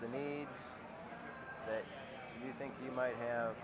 the needs you think you might have